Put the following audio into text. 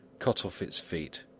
cut off its feet,